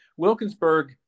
Wilkinsburg